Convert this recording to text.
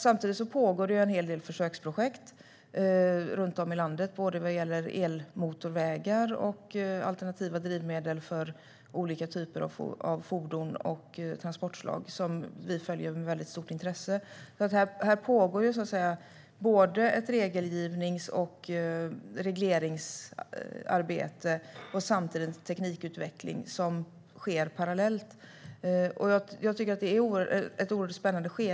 Samtidigt pågår det en hel del försöksprojekt runt om landet både om elmotorvägar och om alternativa drivmedel för olika typer av fordon och transportslag, och vi följer dessa projekt med stort intresse. Här pågår alltså ett regelgivningsarbete och ett regleringsarbete samtidigt som det parallellt pågår en teknikutveckling. Jag tycker att skedet just nu är oerhört spännande.